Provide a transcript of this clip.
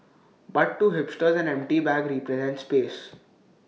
but to hipsters empty bagly presents space